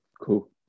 Cool